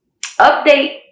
update